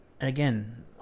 again